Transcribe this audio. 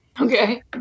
Okay